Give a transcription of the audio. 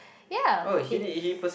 ya it